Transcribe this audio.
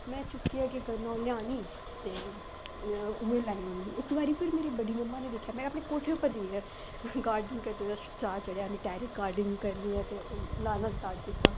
में चुक्कियै केह् करना ओह् लेआनी ते उ'ऐ लाई ओड़नी इक बारी फिर मेरी बड़ी मम्मा ने दिक्खेआ में अपने कोठे उप्पर जाइयै गार्डनिंग करने दा चाऽ चढ़ेआ में टैरिस गार्डनिंग करनी ऐ ते ओह् लाना स्टार्ट कीता